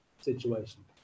Situation